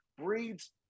breeds